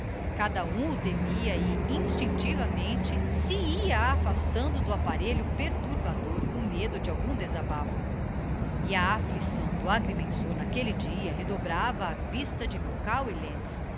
cada um o temia e instinctivamente se ia afastando do apparelho perturbador com medo de algum desabafo h a afflicção do agrimensor n'aquelle dia redobrava á vista de